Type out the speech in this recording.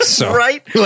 right